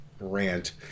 rant